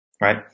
Right